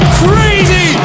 crazy